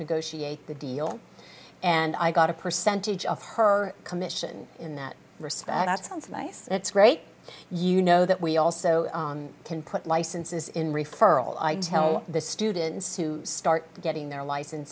negotiate the deal and i got a percentage of her commission in that respect it sounds nice and it's great you know that we also can put licenses in referral i'd tell the students to start getting their license